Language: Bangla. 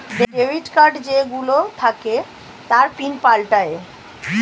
ডেবিট কার্ড যেই গুলো থাকে তার পিন পাল্টায়ে